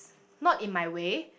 not in my way